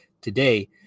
Today